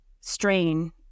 strain